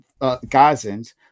Gazans